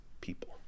people